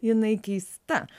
jinai keista